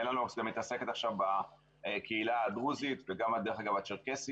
מלאנוקס מתעסקת עכשיו בקהילה הדרוזית וגם הצ'רקסית.